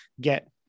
get